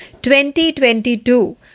2022